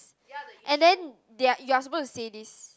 and then they're you're supposed to say this